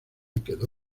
quedó